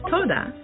Toda